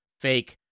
fake